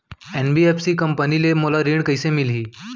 NBFC company ले मोला ऋण कइसे मिलही?